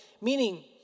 Meaning